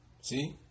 See